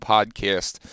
Podcast